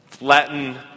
Latin